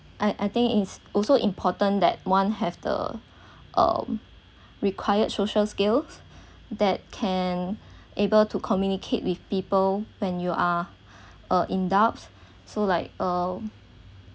I I think it's also important that one have the um required social skills that can able to communicate with people when you are uh in doubts so like uh